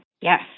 Yes